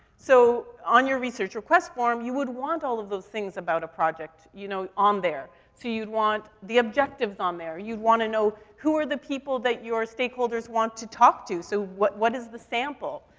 so on your research request form, you would want all of those things about a project, you know, on there. so you'd want the objectives on there. you'd wanna know who are the people that your stakeholders want to talk to, so what, what is the sample?